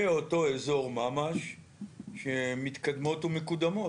באותו אזור ממש שמתקדמות ומקודמות?